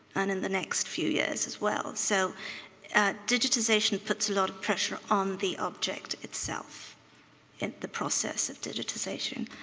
and in the next few years as well. so digitization puts a lot of pressure on the object itself in the process of digitization.